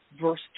verse